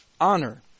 honor